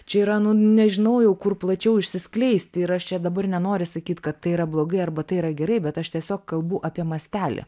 čia yra nu nežinau jau kur plačiau išsiskleisti ir aš čia dabar nenoriu sakyt kad tai yra blogai arba tai yra gerai bet aš tiesiog kalbu apie mastelį